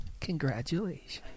Congratulations